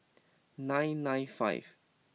nine nine five